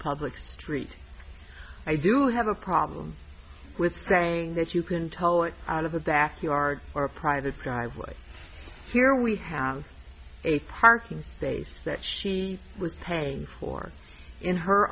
public street i do have a problem with saying that you can tell it out of a backyard or a private driveway here we have a parking space that she was paying for in her